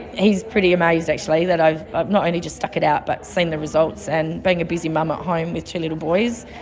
he's pretty amazed actually that i have not only just stuck it out but seen the results. and being a busy mum at home with two little boys,